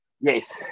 Yes